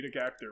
actor